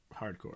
hardcore